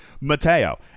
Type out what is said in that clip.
Mateo